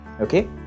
okay